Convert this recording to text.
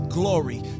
glory